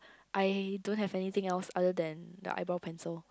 I don't have anything else other than the eyebrow pencil